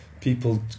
people